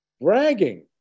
bragging